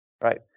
Right